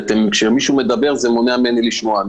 כשמישהו מדבר זה מונע ממני לשמוע.